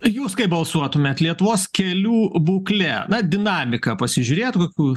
jūs kaip balsuotumėt lietuvos kelių būklė na dinamiką pasižiūrėt kokių